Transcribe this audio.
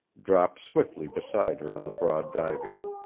dropped swiftly beside her on the broad divan.